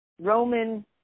Roman